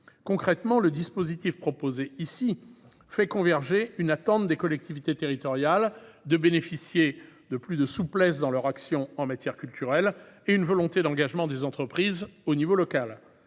Concrètement, le dispositif proposé fait converger le souhait des collectivités territoriales d'une plus grande souplesse dans leur action culturelle et la volonté d'engagement des entreprises au niveau local.